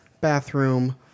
bathroom